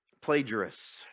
plagiarists